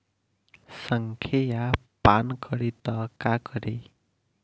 संखिया पान करी त का करी?